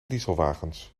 dieselwagens